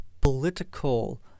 political